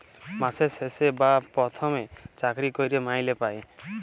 মাসের শেষে বা পথমে চাকরি ক্যইরে মাইলে পায়